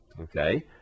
Okay